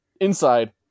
inside